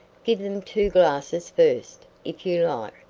give them two glasses first, if you like,